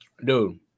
Dude